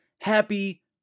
Happy